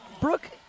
Brooke